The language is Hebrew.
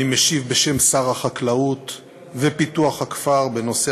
אני משיב בשם שר החקלאות ופיתוח הכפר בנושא